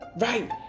Right